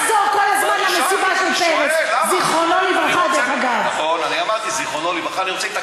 הוא פנה אל יושב-ראש הכנסת, אבל תעני לי לעניין.